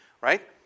right